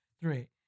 three